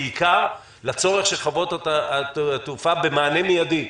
בעיקר לצורך של חברות התעופה במענה מידי.